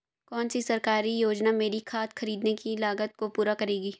कौन सी सरकारी योजना मेरी खाद खरीदने की लागत को पूरा करेगी?